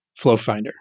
FlowFinder